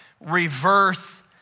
reverse